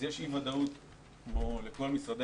יש אי ודאות גם ל-ות"ת כמו לכל משרדי